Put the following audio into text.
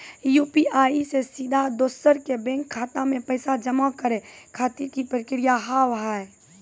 UPI से सीधा दोसर के बैंक खाता मे पैसा जमा करे खातिर की प्रक्रिया हाव हाय?